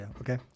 okay